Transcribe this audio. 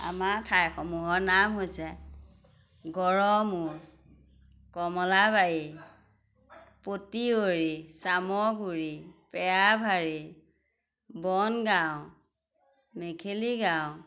আমাৰ ঠাইসমূহৰ নাম হৈছে গড়মূৰ কমলাবাৰী পতিয়ৰী চামগুৰি পেয়াভাৰী বনগাঁও মেখেলিগাঁও